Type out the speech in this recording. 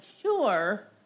sure